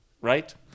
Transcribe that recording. right